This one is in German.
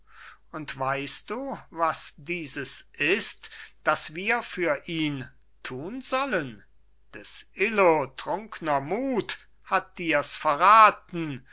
und weißt du was dieses ist das wir für ihn tun sollen des illo trunkner mut hat dirs verraten